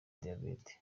diyabete